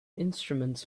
instruments